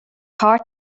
hard